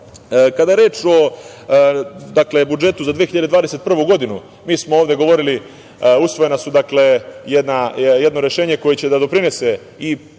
je reč o budžetu za 2021. godinu, mi smo ovde govorili, usvojeno je jedno rešenje koje će da doprinese i